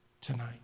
tonight